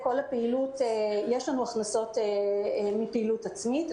יש לנו הכנסות מפעילות עצמית.